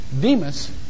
Demas